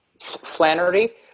Flannery